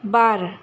बार